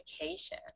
education